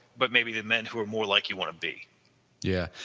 but maybe the men, who are more like you want to be yeah